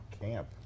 Camp